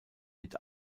mit